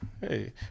hey